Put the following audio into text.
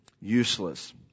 useless